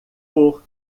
por